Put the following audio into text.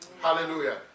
Hallelujah